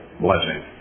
blessing